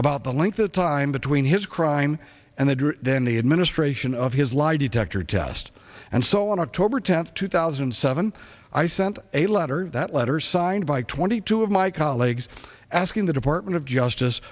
about the length of time between his crime and the dream then the administration of his lie detector test and so on oct tenth two thousand and seven i sent a letter that letter signed by twenty two of my colleagues asking the department of justice